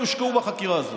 הושקעו בחקירה הזאת.